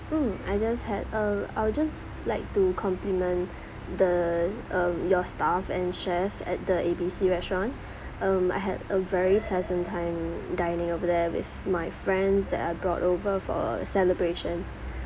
mm I just had uh I'll just like to compliment the uh your staff and chef at the A B C restaurant um I had a very pleasant time dining over there with my friends that I brought over for a celebration